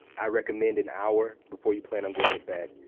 i recommend an hour before you plan on going to bed.